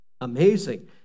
Amazing